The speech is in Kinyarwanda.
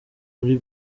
muri